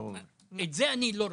את זה איני רוצה.